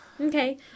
Okay